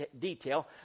detail